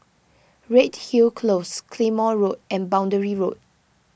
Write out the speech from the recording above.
Redhill Close Claymore Road and Boundary Road